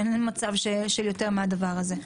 אין מצב של יותר מהדבר הזה.